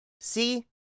see